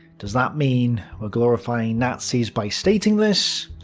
does that mean we're glorifying nazis by stating this?